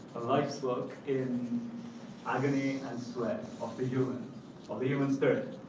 life's work in agony and sweat of the human of the human spirit,